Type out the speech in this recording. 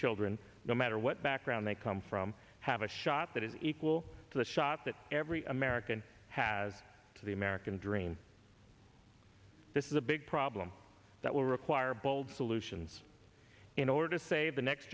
children no matter what background they come from have a shot that is equal to the shot that every american has to the american dream this is a big problem that will require bold solutions in order to save the next